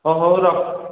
ହଁ ହେଉ ରଖ